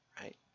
right